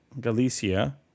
Galicia